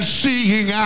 seeing